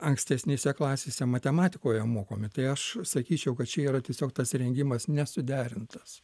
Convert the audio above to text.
ankstesnėse klasėse matematikoje mokomi tai aš sakyčiau kad čia yra tiesiog tas rengimas nesuderintas